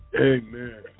Amen